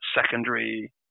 secondary